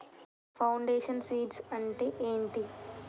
Foundation seeds అంటే ఏంటి?